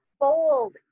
bold